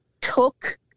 took